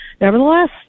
nevertheless